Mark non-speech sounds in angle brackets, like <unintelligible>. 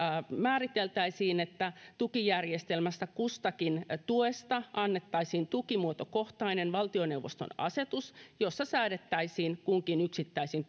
määriteltäisiin että tukijärjestelmästä kustakin tuesta annettaisiin tukimuotokohtainen valtioneuvoston asetus jossa säädettäisiin kunkin yksittäisen <unintelligible>